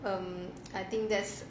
um I think that's